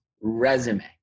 resume